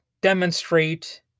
demonstrate